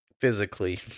physically